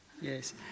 Yes